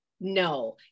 no